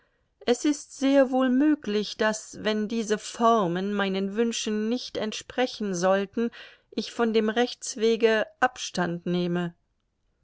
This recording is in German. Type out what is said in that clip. es ist sehr wohl möglich daß wenn diese formen meinen wünschen nicht entsprechen sollten ich von dem rechtswege abstand nehme